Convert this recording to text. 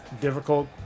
difficult